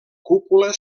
cúpula